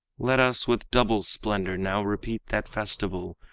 let us with double splendor now repeat that festival,